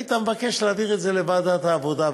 היית מבקש להעביר את זה לוועדת העבודה,